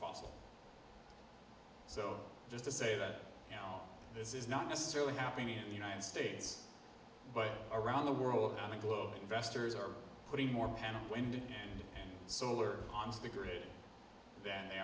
fossil so just to say that now this is not necessarily happening in the united states but around the world on the globe investors are putting more panda wind and solar on to the grid than they